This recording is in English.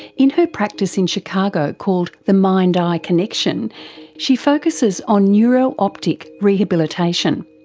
in her practice in chicago called the mind eye connection she focusses on neuro-optic rehabilitation.